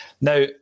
Now